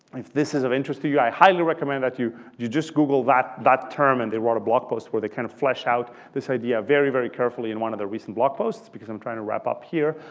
if this is of interest to you, i highly recommend that you you just google that that term, and they write a blog post where they kind of flesh out this idea very, very carefully in one of their recent blog posts because i'm trying to wrap up here.